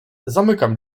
zamykam